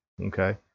okay